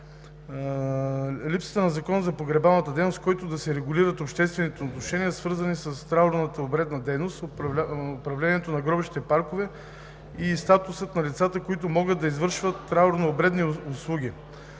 Липсата на закон за погребалната дейност, с който да се регулират обществените отношения, свързани с траурно-обредната дейност, управлението на гробищните паркове и статусът на лицата, които могат да извършват траурно-обредни услуги,